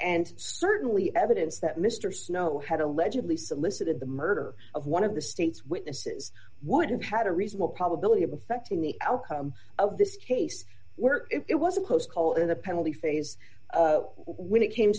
and certainly evidence that mr snow had allegedly solicited the murder of one of the state's witnesses would have had a reasonable probability of affecting the outcome of this case where it was supposed call in the penalty phase when it came